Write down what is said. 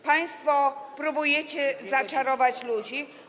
Państwo próbujecie zaczarować ludzi.